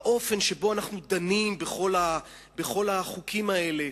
האופן שבו אנחנו דנים בכל החוקים האלה,